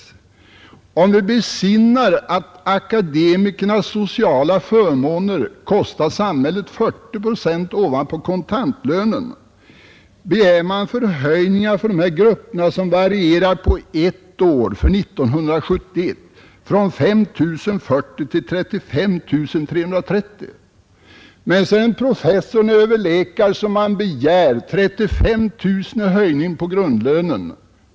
Om vi besinnar att akademikernas sociala förmåner kostar samhället 40 procent ovanpå kontantlönen, begär man för dessa grupper på ett år, alltså för 1971, förhöjningar som varierar mellan 5 040 och 35 330 kronor. För en professor tillika överläkare begär man 35 000 i höjning på grundlönen.